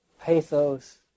pathos